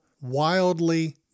wildly